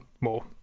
more